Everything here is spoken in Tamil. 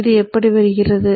இது எப்படி வருகிறது